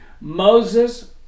Moses